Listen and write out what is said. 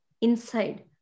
inside